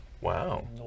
Wow